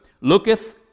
looketh